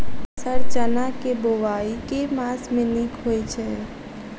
Sir चना केँ बोवाई केँ मास मे नीक होइ छैय?